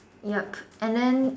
yup and then